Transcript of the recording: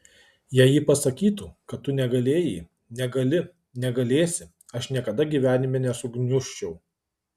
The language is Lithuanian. jei ji pasakytų kad tu negalėjai negali negalėsi aš niekada gyvenime nesugniužčiau